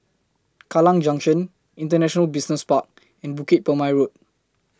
Kallang Junction International Business Park and Bukit Purmei Road